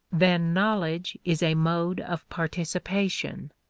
then knowledge is a mode of participation,